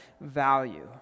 value